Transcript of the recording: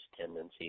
tendencies